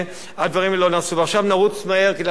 ועכשיו נרוץ מהר כדי להספיק עוד לומר עוד כמה מלים.